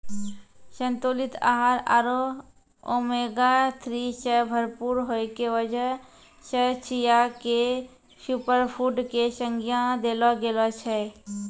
संतुलित आहार आरो ओमेगा थ्री सॅ भरपूर होय के वजह सॅ चिया क सूपरफुड के संज्ञा देलो गेलो छै